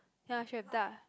ya she have duck